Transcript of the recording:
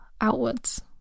outwards